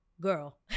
Girl